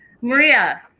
maria